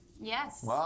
Yes